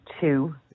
two